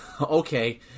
okay